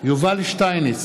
יובל שטייניץ,